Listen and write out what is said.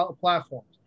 platforms